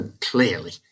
clearly